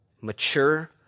mature